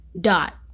dot